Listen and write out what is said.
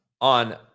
on